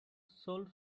sold